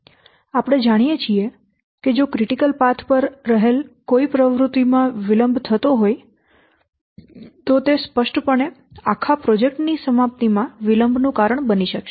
આપણે જાણીએ છીએ કે જો ક્રિટિકલ પાથ પર રહેલી કોઈ પ્રવૃત્તિમાં વિલંબ થતો હોય તો તે સ્પષ્ટપણે આખા પ્રોજેક્ટ ની સમાપ્તિમાં વિલંબનું કારણ બનશે